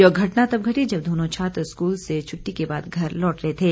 यह घटना तब घटी जब दोनों छात्र स्कूल से छुट्टी के बाद घर लौट रहे थे